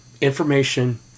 information